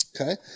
okay